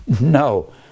No